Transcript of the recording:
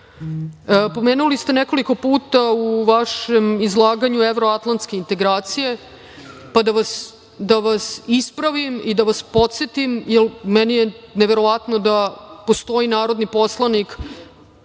ste nekoliko puta u vašem izlaganju evroatlanske integracije, pa da vas ispravim i da vas podsetim jer meni je neverovatno da postoji narodni poslanik